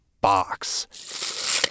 box